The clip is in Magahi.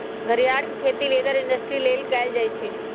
घरियार के खेती लेदर इंडस्ट्री लेल कएल जाइ छइ